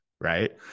right